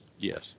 Yes